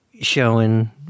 showing